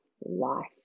life